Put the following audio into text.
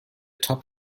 top